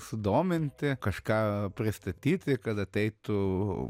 sudominti kažką pristatyti kad ateitų